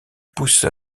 pousse